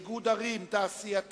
איגוד ערים תעשייתי,